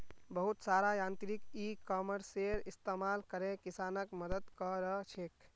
बहुत सारा यांत्रिक इ कॉमर्सेर इस्तमाल करे किसानक मदद क र छेक